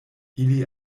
ili